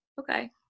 Okay